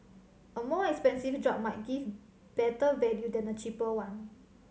a more expensive drug might give better value than a cheaper one